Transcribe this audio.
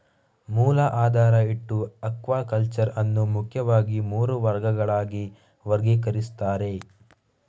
ಮೂಲ ಆಧಾರ ಇಟ್ಟು ಅಕ್ವಾಕಲ್ಚರ್ ಅನ್ನು ಮುಖ್ಯವಾಗಿ ಮೂರು ವರ್ಗಗಳಾಗಿ ವರ್ಗೀಕರಿಸ್ತಾರೆ